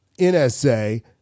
NSA